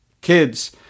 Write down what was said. kids